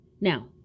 now